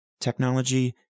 technology